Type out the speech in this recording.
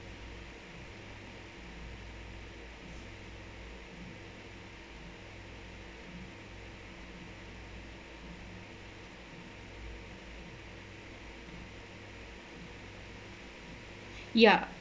ya